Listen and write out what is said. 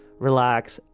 relax.